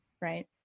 right